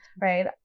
right